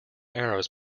arrows